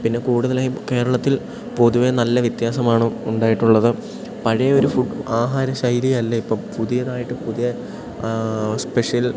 പിന്നെ കൂടുതലായും കേരളത്തിൽ പൊതുവേ നല്ല വ്യത്യാസമാണ് ഉണ്ടായിട്ടുള്ളത് പഴയ ഒരു ഫുഡ് ആഹാര ശൈലിയല്ല ഇപ്പം പുതിയതായിട്ട് പുതിയ സ്പെഷ്യൽ